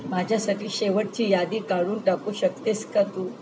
माझ्यासाठी शेवटची यादी काढून टाकू शकतेस का तू